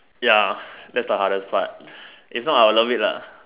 ya that's the hardest part if not I'll love it lah